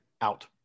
Out